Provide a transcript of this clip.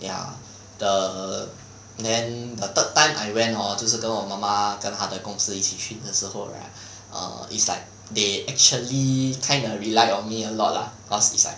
ya the third time I went hor 就是跟我妈妈跟的公司一起去的时候 right err it's like they actually kinda rely on me a lot lah cause it's like